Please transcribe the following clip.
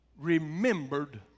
remembered